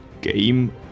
game